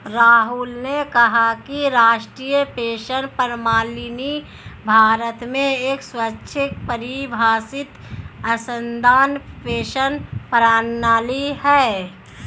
राहुल ने कहा कि राष्ट्रीय पेंशन प्रणाली भारत में एक स्वैच्छिक परिभाषित अंशदान पेंशन प्रणाली है